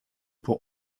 pour